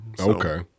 Okay